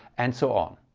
and so on,